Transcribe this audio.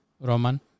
Roman